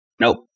Nope